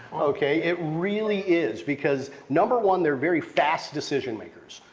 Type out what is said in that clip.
okay? it really is because number one, they're very fast decision-makers.